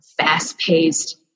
fast-paced